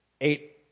eight